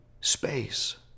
space